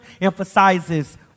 emphasizes